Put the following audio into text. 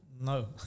no